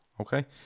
Okay